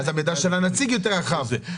ואז המידע של הנציג רחב יותר.